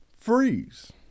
Freeze